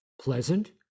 pleasant